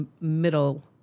middle